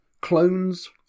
clones